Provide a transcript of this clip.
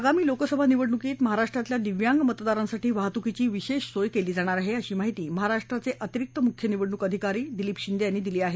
आगामी लोकसभा निवडणुकीत महाराष्ट्रातल्या दिव्यांग मतदारांसाठी वाहतुकीची विशेष सोय केली जाणार आहे अशी माहिती महाराष्ट्राचे अतिरिक्त मुख्य निवडणूक अधिकारी दिलीप शिंदे यांनी दिली आहे